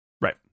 Right